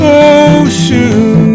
ocean